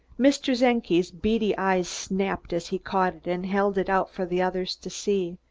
mr. czenki's beady eyes snapped as he caught it and held it out for the others to see,